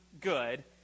good